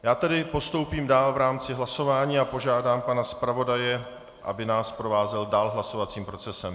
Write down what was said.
Já tedy postoupím dál v rámci hlasování a požádám pana zpravodaje, aby nás provázel dál hlasovacím procesem.